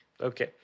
Okay